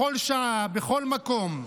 בכל שעה, בכל מקום.